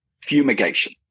fumigation